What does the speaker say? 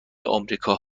آمریکا